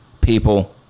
people